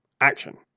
action